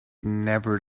never